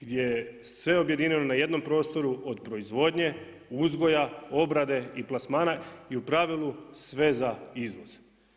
Gdje je sve objedinjeno na jednom prostoru, od proizvodnje, uzgoja, obrade i plasmana i u pravilu sve za izvoz.